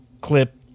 clip